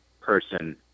person